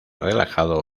relajado